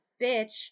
bitch